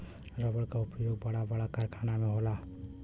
रबड़ क उपयोग बड़ा बड़ा कारखाना में होला